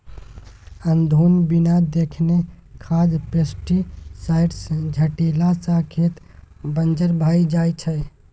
अनधुन बिना देखने खाद पेस्टीसाइड छीटला सँ खेत बंजर भए जाइ छै